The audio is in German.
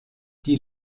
die